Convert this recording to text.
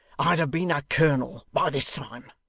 i'd have been a colonel by this time